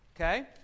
Okay